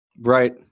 Right